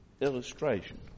illustration